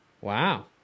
Wow